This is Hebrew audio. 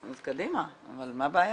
בסדר, אז קדימה, אבל מה הבעיה?